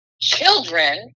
children